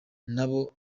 n’abo